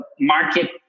market